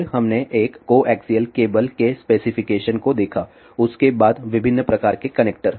फिर हमने एक कोएक्सिअल केबल के स्पेसिफिकेशन को देखा उसके बाद विभिन्न प्रकार के कनेक्टर